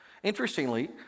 Interestingly